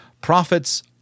Profits